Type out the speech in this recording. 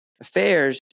affairs